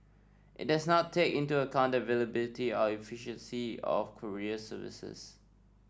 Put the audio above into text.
it does not take into account the availability or efficiency of courier services